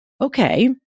Okay